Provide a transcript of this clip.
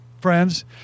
friends